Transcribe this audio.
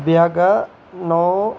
भ्यागा नौ